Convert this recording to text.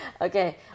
Okay